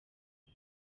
nta